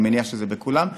אני מניח שזה בכולן.